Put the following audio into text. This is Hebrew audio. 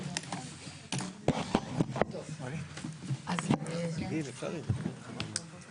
הישיבה ננעלה בשעה 15:32.